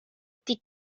тик